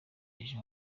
ejo